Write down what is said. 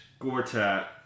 Gortat